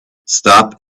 stop